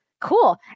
cool